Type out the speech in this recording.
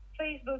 facebook